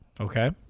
Okay